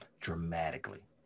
dramatically